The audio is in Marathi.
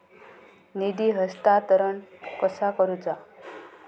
निधी हस्तांतरण कसा करुचा?